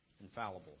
infallible